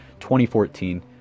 2014